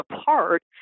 apart